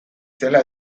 zela